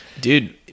Dude